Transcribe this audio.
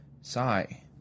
Sigh